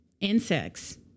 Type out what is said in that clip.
Insects